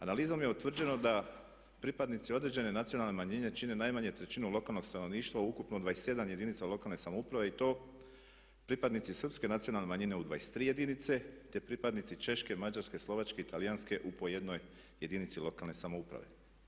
Analizom je utvrđeno da pripadnici određene nacionalne manjine čine najmanje trećinu lokalnog stanovništva u ukupno 27 jedinica lokalne samouprave i to pripadnici srpske nacionalne manjine u 23 jedinice te pripadnici češke, mađarske, slovačke i talijanske u po 1 jedinici lokalne samouprave.